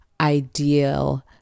ideal